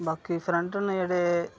बाकी फ्रेंड न जेह्ड़े